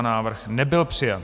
Návrh nebyl přijat.